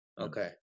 Okay